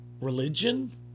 religion